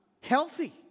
healthy